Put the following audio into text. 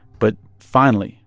but finally,